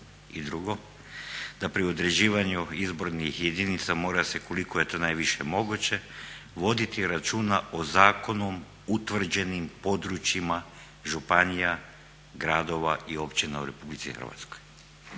I drugo, da pri određivanju izbornih jedinica mora se koliko je to najviše moguće voditi računa o zakonom utvrđenim područjima županija, gradova i općina u Republici Hrvatskoj.